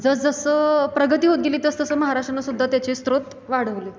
जसजसं प्रगती होत गेली तस तसं महाराष्ट्रांनासुद्धा त्याचे स्त्रोत वाढवले आहेत